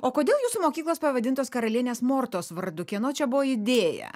o kodėl jūsų mokyklos pavadintos karalienės mortos vardu kieno čia buvo idėja